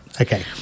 Okay